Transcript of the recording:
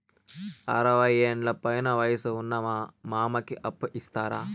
అరవయ్యేండ్ల పైన వయసు ఉన్న మా మామకి అప్పు ఇస్తారా